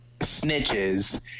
snitches